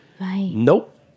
Nope